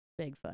Bigfoot